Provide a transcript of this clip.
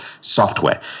software